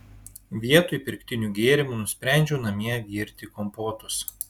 vietoj pirktinių gėrimų nusprendžiau namie virti kompotus